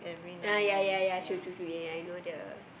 ah ya ya ya true true true ya I know the